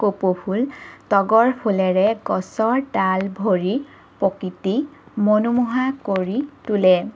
কপৌ ফুল তগৰ ফুলেৰে গছৰ ডাল ভৰি প্ৰকৃতি মনোমোহা কৰি তুলে